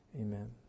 Amen